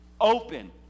open